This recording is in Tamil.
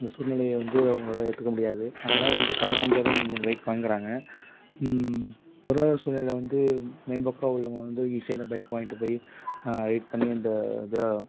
இந்த சூழ்நிலையை வந்து அவங்களால ஏற்றுக்க முடியாது அதனால் வந்து கடன் வாங்கியாவது வந் இந்த மாரி பைக் வாங்கறாங்க பொருளாதார சூழ்நிலை வந்து மேம்போக்காக உள்ளவங்க வந்து ஈஸியாக இந்த பைக் வாங்கிட்டு போய் வெயிட் பண்ணி இந்த இதை